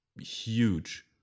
huge